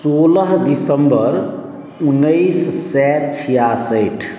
सोलह दिसम्बर उन्नैस सए छियासठि